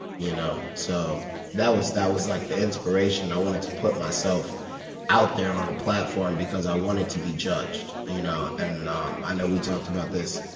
you know so that was that was like the inspiration i wanted to put myself out there on a platform, because i wanted to be judged, you know? and um i know we talked about this,